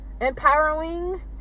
Empowering